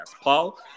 Paul